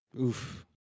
Oof